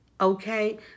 Okay